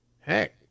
heck